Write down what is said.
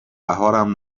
بهارم